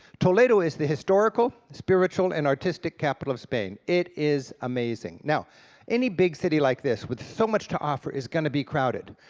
toledo is the historical, spiritual, and artistic capital of spain. it is amazing. now any big city like this with so much to offer is going to be crowded.